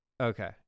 Okay